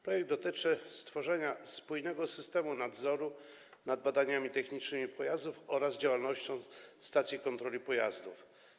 Projekt dotyczy stworzenia spójnego systemu nadzoru nad badaniami technicznymi pojazdów oraz działalnością stacji kontroli pojazdów.